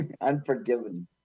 Unforgiven